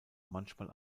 manchmal